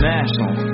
National